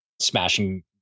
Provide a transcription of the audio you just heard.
smashing